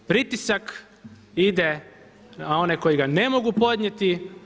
Pritisak ide na one koji ga ne mogu podnijeti.